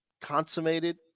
consummated